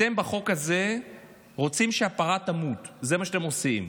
אתם בחוק הזה רוצים שהפרה תמות, זה מה שאתם עושים.